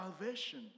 salvation